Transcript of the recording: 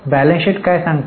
balance sheet काय सांगते